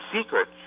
secret